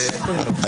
תודה רבה לכולם.